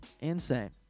Insane